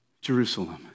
Jerusalem